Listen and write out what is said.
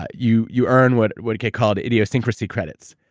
ah you you earn what would get called idiosyncrasy credits.